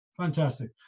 Fantastic